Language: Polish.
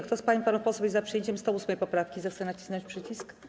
Kto z pań i panów posłów jest za przyjęciem 108. poprawki, zechce nacisnąć przycisk.